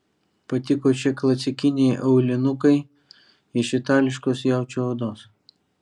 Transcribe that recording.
patiko šie klasikiniai aulinukai iš itališkos jaučio odos